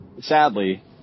Sadly